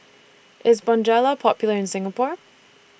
IS Bonjela Popular in Singapore